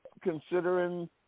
considering